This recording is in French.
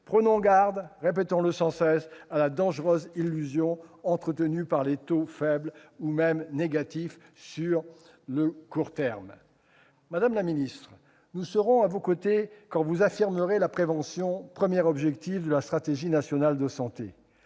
Prenons garde à la dangereuse illusion entretenue par les taux d'intérêt faibles ou même négatifs sur le court terme. Madame la ministre, nous serons à vos côtés quand vous affirmerez la prévention, premier objectif de la stratégie nationale de santé.